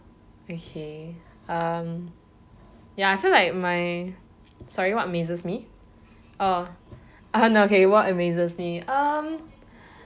okay um ya I feel like my sorry what amazes me uh um okay what's amazes me um